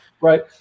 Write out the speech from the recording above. right